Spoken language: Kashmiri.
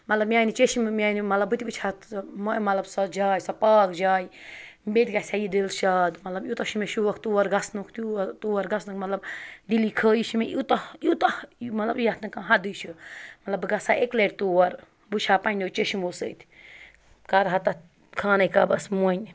مطلب میٛانہِ چٔشمہٕ میٛانہِ مطلب بہٕ تہِ وٕچھِ ہا مطلب سۄ جاے سۄ پاک جاے مےٚ تہِ گژھِ ہا یہِ دِل شاد مطلب یوٗتاہ چھِ مےٚ شوق تور گژھنُک تور گژھنُک مطلب دِلی خٲہِش چھِ مےٚ یوٗتاہ یوٗتاہ مطلب یَتھ نہٕ کانٛہہ حَدٕے چھِ مطلب بہٕ گژھٕ ہا اٮ۪کہِ لَٹہِ تور بہٕ وٕچھِ ہا پںٛنیو چٔشمو سۭتۍ کَرٕ ہا تَتھ خانے کعبَس مۄنۍ